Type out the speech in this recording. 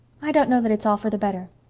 i don't know that it's all for the better.